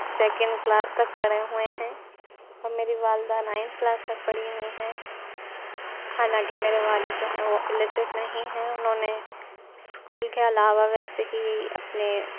second class تک پڑھے ہوئے ہیں اور میری والدہ نائنتھ کلاس تک پڑھی ہوئی ہیں حالانکہ میرے والد جو ہیں وہ الٹریٹ نہیں ہیں انہوں نے اسکول کے علاوہ ویسے ہی اپنے